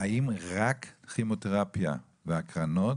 האם רק כימותרפיה והקרנות,